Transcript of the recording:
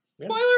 Spoiler